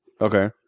Okay